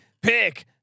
Pick